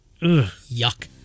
Yuck